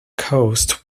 coast